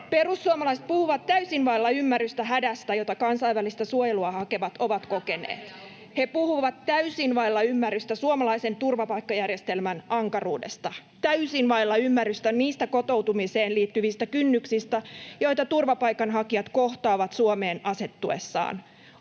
Perussuomalaiset puhuvat täysin vailla ymmärrystä hädästä, jota kansainvälistä suojelua hakevat ovat kokeneet. [Leena Meri: Mitähän paperia olet lukenut?] He puhuvat täysin vailla ymmärrystä suomalaisen turvapaikkajärjestelmän ankaruudesta. Täysin vailla ymmärrystä niistä kotoutumiseen liittyvistä kynnyksistä, joita turvapaikanhakijat kohtaavat Suomeen asettuessaan.